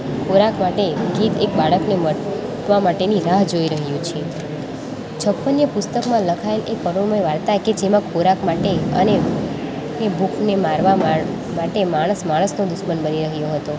ખોરાક માટે ગીધ એક બાળકને મરવા માટેની રાહ જોઈ રહ્યું છે છપ્પનિયો પુસ્તકમાં લખાયેલ એ કરુણમય વાર્તા કે જેમાં ખોરાક માટે અને કે ભૂખને મારવા માટે માણસ માણસનો દુશ્મન બની રહ્યો હતો